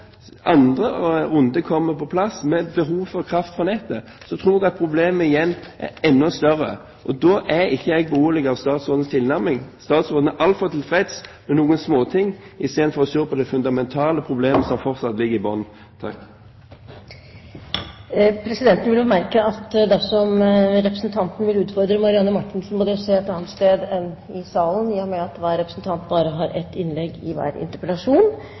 andre runde kommer på plass, med behov for kraft fra nettet, tror jeg problemet vil være enda større. Jeg er ikke beroliget av statsrådens tilnærming. Han er altfor tilfreds med noen småting, istedenfor å se på det fundamentale problemet som fortsatt ligger i bunnen. Presidenten vil bemerke at dersom representanten vil utfordre Marianne Marthinsen, må det skje et annet sted enn i salen, i og med at hver representant bare har ett innlegg i hver interpellasjon.